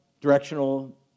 directional